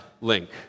link